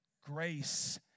grace